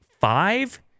five